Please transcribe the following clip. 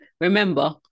Remember